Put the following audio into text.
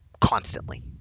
constantly